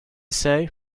say